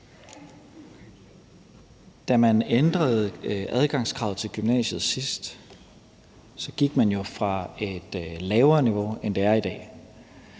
Da man ændrede adgangskravet til gymnasiet sidst, gik man jo fra et lavere niveau, end det er i dag.